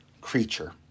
creature